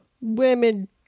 women